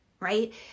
right